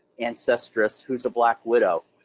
ancestress, who's a black widow.